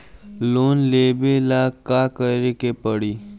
Loan लेबे ला का करे के पड़ी?